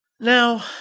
Now